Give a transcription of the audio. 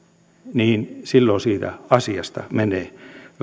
niin silloin siitä asiasta menee